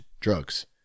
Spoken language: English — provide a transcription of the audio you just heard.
drugs